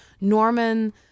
Norman